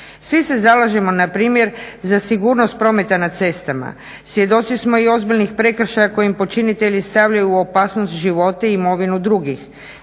Svi se zalažemo na primjer za sigurnost prometa na cestama. Svjedoci smo i ozbiljnih prekršaja koje im počinitelji stavljaju u opasnost živote i imovinu drugih.